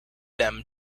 them